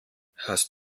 hast